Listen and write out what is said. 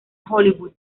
hollywood